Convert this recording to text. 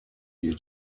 you